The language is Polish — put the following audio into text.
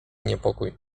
niepokój